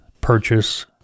purchase